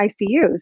ICUs